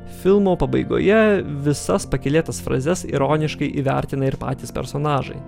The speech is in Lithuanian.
filmo pabaigoje visas pakylėtas frazes ironiškai įvertina ir patys personažai